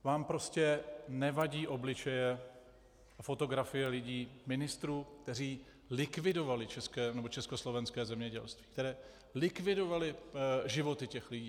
Vám prostě nevadí obličeje a fotografie lidí, ministrů, kteří likvidovali československé zemědělství, kteří likvidovali životy lidí.